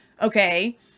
okay